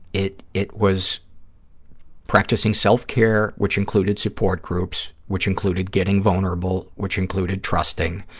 it it was practicing self-care, which included support groups, which included getting vulnerable, which included trusting,